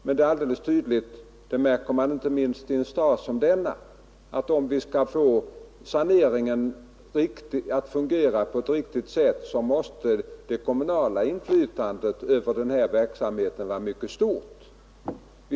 Men det är alldeles tydligt — det märker man inte minst i Stockholm — att om vi skall få saneringen att fungera på ett riktigt sätt, måste det kommunala inflytandet över verksamheten vara mycket stort.